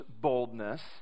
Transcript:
boldness